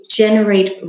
generate